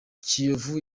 kiyovu